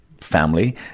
family